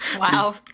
Wow